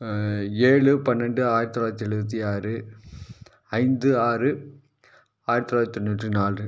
ஏழு பன்னெண்டு ஆயிரத்தி தொள்ளாயிரத்தி எழுபத்தி ஆறு ஐந்து ஆறு ஆயிரத்தி தொள்ளாயிரத்தி நூற்றி நாலு